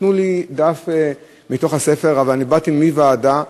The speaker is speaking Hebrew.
נתנו לי דף מהספר, אבל אני באתי מוועדה,